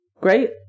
great